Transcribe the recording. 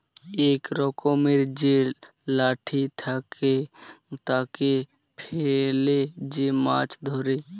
ইক রকমের যে লাঠি থাকে, তাকে ফেলে যে মাছ ধ্যরে